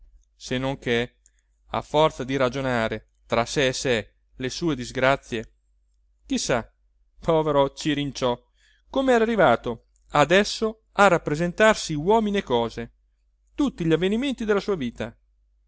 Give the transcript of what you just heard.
se non che a forza di ragionare tra sé e sé le sue disgrazie chi sa povero cirinciò comera arrivato adesso a rappresentarsi uomini e cose tutti gli avvenimenti della sua vita